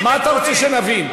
מה אתה רוצה שנבין?